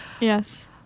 Yes